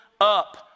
up